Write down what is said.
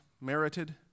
merited